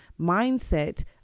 mindset